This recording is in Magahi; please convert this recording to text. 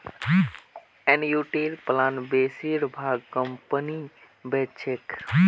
एनयूटीर प्लान बेसिर भाग कंपनी बेच छेक